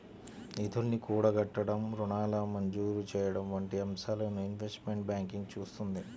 నిధుల్ని కూడగట్టడం, రుణాల మంజూరు చెయ్యడం వంటి అంశాలను ఇన్వెస్ట్మెంట్ బ్యాంకింగ్ చూత్తుంది